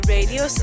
Radio